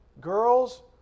Girls